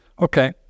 Okay